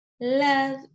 love